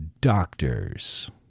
doctors